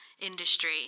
industry